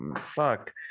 fuck